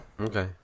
okay